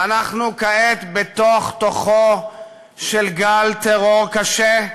ואנחנו כעת בתוך-תוכו של גל טרור קשה,